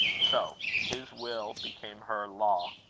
so his will became her law.